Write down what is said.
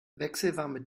wechselwarme